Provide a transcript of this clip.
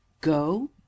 go